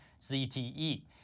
ZTE